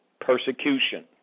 persecution